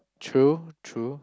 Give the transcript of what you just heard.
true true